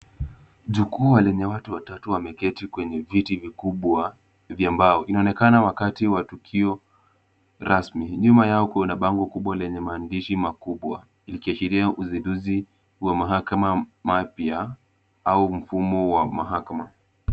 Jukwaa lenye watu watatu wameketi kwenye viti vikubwa vya mbao. Inaonekana wakati wa tukio rasmi. Nyuma yao kuna bango kubwa lenye maandishi makubwa likiashiria uzinduzi wa mahakama mapya au mfumo wa mahakama.